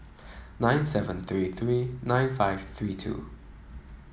nine seven three three nine five three two